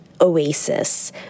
oasis